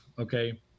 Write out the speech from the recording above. Okay